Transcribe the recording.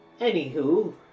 Anywho